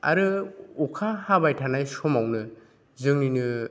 आरो अखा हाबाय थानाय समावनो जोंनिनो